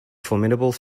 formidable